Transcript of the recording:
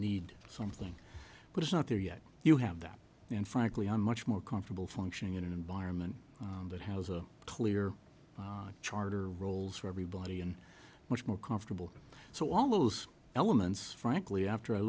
need something but it's not there yet you have that and frankly i'm much more comfortable functioning in an environment that has a clear charter of roles for everybody and much more comfortable so all those elements frankly after i